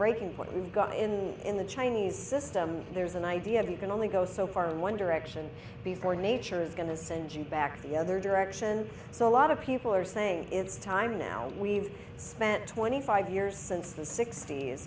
breaking point we've got in in the chinese system there's the idea of you can only go so far in one direction before nature is going to send you back the other direction so a lot of people are saying it's time now we've spent twenty five years since the sixt